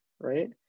right